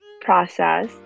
process